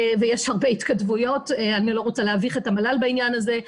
אני לא רוצה להביך את המל"ל בעניין הזה.